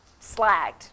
slagged